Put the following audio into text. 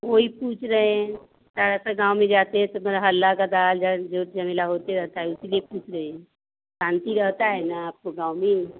वही पूछ रहे हैं गाँव में जाते हैं तो मेरा हल्ला झोल झमेला होते रहता है उसीलिए पूछ रहे हैं शांति रहता है न आपको गाँव में